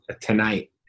tonight